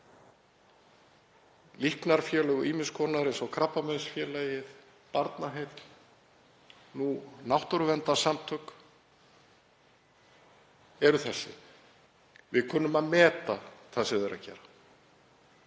líknarfélög ýmiss konar eins og Krabbameinsfélagið, Barnaheill eða náttúruverndarsamtök, eru þessi: Við kunnum að meta það sem þið eruð að gera.